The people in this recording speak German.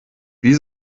wie